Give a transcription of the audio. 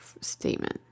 statement